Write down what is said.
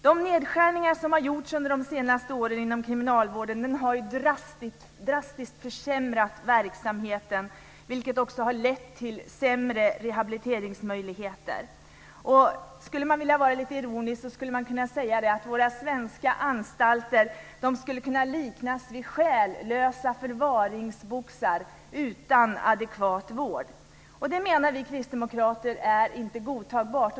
De nedskärningar som gjorts under de senaste åren inom kriminalvården har drastiskt försämrat verksamheten, vilket också har lett till sämre rehabiliteringsmöjligheter. För att vara lite ironisk kunde man säga att våra svenska anstalter skulle kunna liknas vid själlösa förvaringsboxar utan adekvat vård. Vi kristdemokrater menar att detta inte är godtagbart.